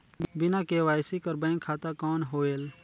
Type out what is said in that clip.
बिना के.वाई.सी कर बैंक खाता कौन होएल?